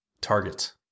target